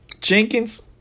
Jenkins